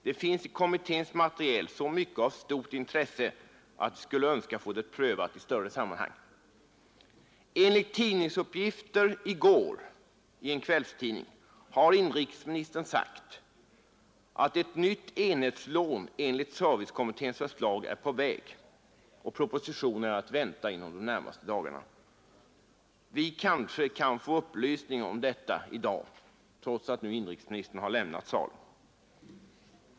Det finns i kommitténs material så mycket av stort intresse att vi skulle önska få det prövat i större sammanhang. Enligt en kvällstidning i går har inrikesministern sagt att ett nytt enhetslån enligt servicekommitténs förslag är på väg och att en proposition är att vänta inom de närmaste dagarna. Vi kanske kan få upplysning om detta i dag, trots att inrikesministern nu har lämnat salen?